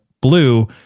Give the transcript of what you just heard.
Blue